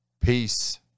Peace